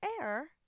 air